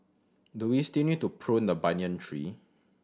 do we still need to prune the banyan tree